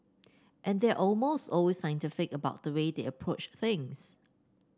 and they are almost always scientific about the way they approach things